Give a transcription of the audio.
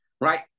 right